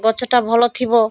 ଗଛଟା ଭଲ ଥିବ